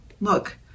look